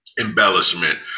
embellishment